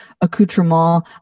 accoutrement